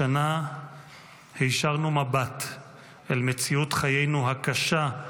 השנה הישרנו מבט אל מציאות חיינו הקשה,